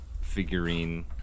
figurine